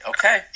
Okay